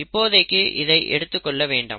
இப்போதைக்கு இதை எடுத்துக்கொள்ள வேண்டாம்